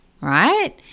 right